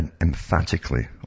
emphatically